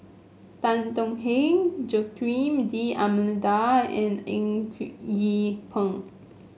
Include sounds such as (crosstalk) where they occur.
Tan Tong Hye Joaquim D'Almeida and Eng (unintelligible) Yee Peng